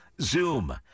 Zoom